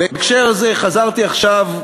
בהקשר זה, חזרתי עכשיו,